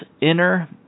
Inner